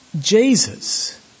Jesus